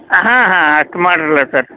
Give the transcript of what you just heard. ಹಾಂ ಹಾಂ ಅಷ್ಟು ಮಾಡ್ರೆಲ್ಲ ಸರ್